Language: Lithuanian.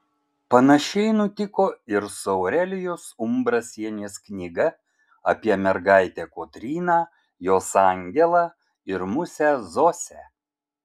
panašiai nutiko ir su aurelijos umbrasienės knyga apie mergaitę kotryną jos angelą ir musę zosę